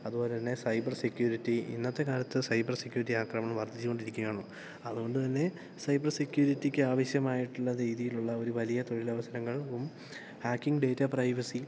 അതുപോലെത്തന്നെ cyber security ഇന്നത്തെ കാലത്ത് സൈബർ സെക്യൂരിറ്റി ആക്രമണം വർദ്ധിച്ചുകൊണ്ടിരിക്കുകയാണ് അതുകൊണ്ട് തന്നെ സൈബർ സെക്യൂരിറ്റിക്ക് ആവശ്യമായിട്ടുള്ള രീതിയിലുള്ള ഒരു വലിയ തൊഴിലവസരങ്ങളും ഹാക്കിംഗ് ഡേറ്റാ പ്രൈവസി